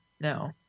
No